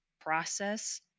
process